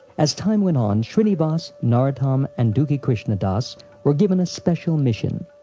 as time went on, shrinivas, narottam, and dukhi krishnadas were given a special mission.